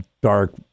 dark